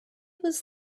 was